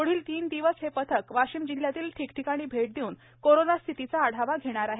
प्रढील तीन दिवस हे पथक वाशिम जिल्ह्यातील ठिकठिकाणी भेट देऊन कोरोना स्थितीचा आढावा घेणार आहे